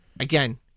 Again